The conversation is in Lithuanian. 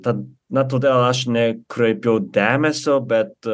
tad na tada aš nekreipiau dėmesio bet